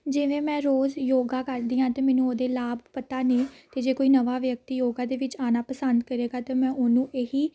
ਜਿਵੇਂ ਮੈਂ ਰੋਜ਼ ਯੋਗਾ ਕਰਦੀ ਹਾਂ ਅਤੇ ਮੈਨੂੰ ਉਹਦੇ ਲਾਭ ਪਤਾ ਨੇ ਅਤੇ ਜੇ ਕੋਈ ਨਵਾਂ ਵਿਅਕਤੀ ਯੋਗਾ ਦੇ ਵਿੱਚ ਆਉਣਾ ਪਸੰਦ ਕਰੇਗਾ ਅਤੇ ਮੈਂ ਉਹਨੂੰ ਇਹ ਹੀ